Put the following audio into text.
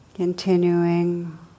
Continuing